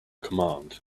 command